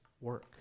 work